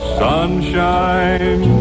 sunshine